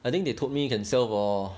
I think they told me you can sell for